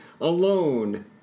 alone